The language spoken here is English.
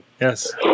Yes